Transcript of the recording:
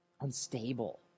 unstable